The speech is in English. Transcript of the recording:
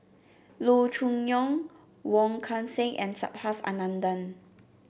Loo Choon Yong Wong Kan Seng and Subhas Anandan